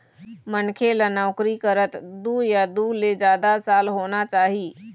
मनखे ल नउकरी करत दू या दू ले जादा साल होना चाही